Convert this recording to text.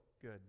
good